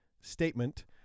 statement